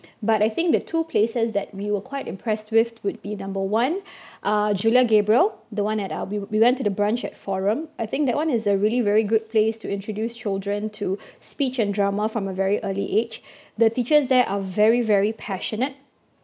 but I think the two places that we were quite impressed with would be number one uh julia gabriel the [one] at uh we we went to the branch at forum I think that one is a really very good place to introduce children to speech and drama from a very early age the teachers there are very very passionate